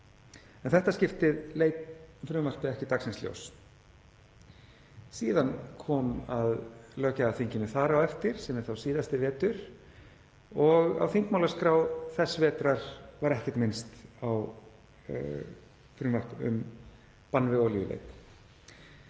En þetta skiptið leit frumvarpið ekki dagsins ljós. Síðan kom að löggjafarþinginu þar á eftir, sem er þá síðasti vetur, og á þingmálaskrá þess vetrar var ekkert minnst á frumvarp um bann við olíuleit.